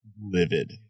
livid